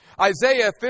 Isaiah